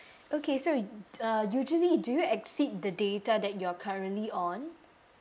okay so uh usually do you exceed the data that you're currently on